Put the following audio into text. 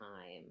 time